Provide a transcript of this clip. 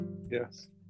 Yes